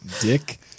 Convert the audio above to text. Dick